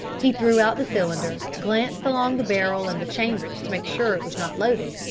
he threw out the cylinder, glanced along the barrel and the chambers to make sure it was not loaded,